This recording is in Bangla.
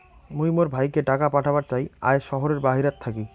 মুই মোর ভাইকে টাকা পাঠাবার চাই য়ায় শহরের বাহেরাত থাকি